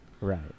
Right